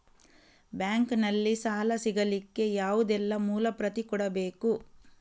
Bank ನಲ್ಲಿ ಸಾಲ ಸಿಗಲಿಕ್ಕೆ ಯಾವುದೆಲ್ಲ ಮೂಲ ಪ್ರತಿ ಕೊಡಬೇಕು?